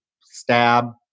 stab